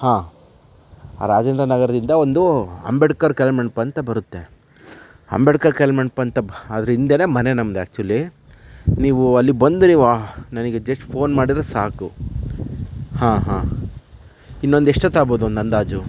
ಆಂ ಆ ರಾಜೇಂದ್ರ ನಗರದಿಂದ ಒಂದು ಅಂಬೇಡ್ಕರ್ ಕಲ್ಯಾಣ್ ಮಂಟಪ ಅಂತ ಬರುತ್ತೆ ಅಂಬೇಡ್ಕರ್ ಕಲ್ಣ್ ಮಂಟಪ ಅಂತ ಬ ಅದ್ರ ಹಿಂದೆನೇ ಮನೆ ನಮ್ದು ಆ್ಯಕ್ಚುಲಿ ನೀವು ಅಲ್ಲಿಗೆ ಬಂದು ನೀವು ನನಗೆ ಜಸ್ಟ್ ಫೋನ್ ಮಾಡಿದರೆ ಸಾಕು ಹಾಂ ಹಾಂ ಇನ್ನೊಂದು ಎಷ್ಟೋತ್ತಾಗ್ಬೋದು ಒಂದು ಅಂದಾಜು